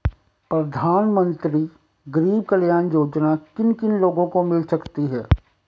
प्रधानमंत्री गरीब कल्याण योजना किन किन लोगों को मिल सकती है?